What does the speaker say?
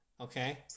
Okay